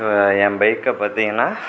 இப்போ என் பைக்கை பார்த்திங்கனா